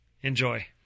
Enjoy